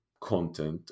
content